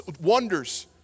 wonders